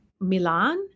Milan